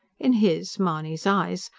in his, mahony's, eyes,